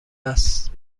است